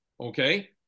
Okay